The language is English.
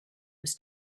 was